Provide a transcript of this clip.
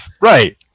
right